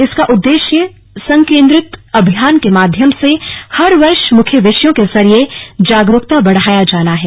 इसका उद्देश्य संकेंद्रित अभियान के माध्यम से हर वर्ष मुख्य विषयों के जरिए जागरूकता बढ़ाया जाना है